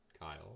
Kyle